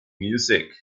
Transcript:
music